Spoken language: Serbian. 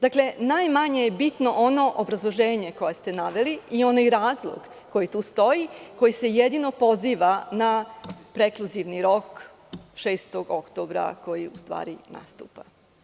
Dakle, najmanje je bitno ono obrazloženje koje ste naveli i onaj razlog koji tu stoji, koji se jedino poziva na prekluzivni rok 6. oktobra, koji u stvari nastupa.